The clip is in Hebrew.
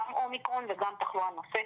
גם אומיקרון וגם תחלואה נוספת.